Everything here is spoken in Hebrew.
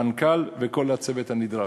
מנכ"ל וכל הצוות הנדרש.